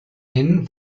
hin